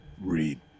read